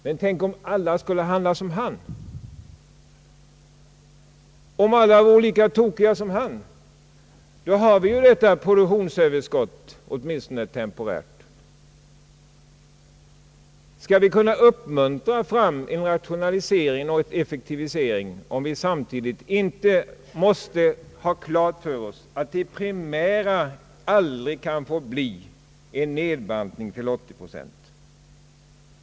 Men tänk om alla skulle handla som han, om alla vore lika tokiga som han, då får vi ju detta produktionsöverskott, åtminstone temporärt. Skall vi kunna genom uppmuntran få fram en rationalisering och en effektivisering — måste vi då inte samtidigt ha klart för oss att det primära aldrig kan få bli en nedbantning till 80 procent?